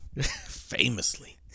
Famously